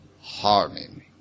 harming